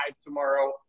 tomorrow